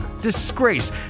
disgrace